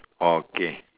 oh K